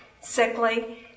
sickly